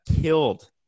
killed